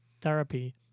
therapy